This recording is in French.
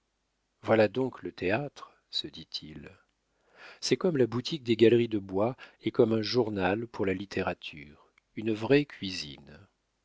voilà donc le théâtre se dit-il c'est comme la boutique des galeries de bois et comme un journal pour la littérature une vraie cuisine